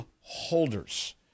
holders